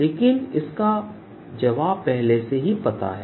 लेकिन मुझे इसका जवाब पहले से ही पता है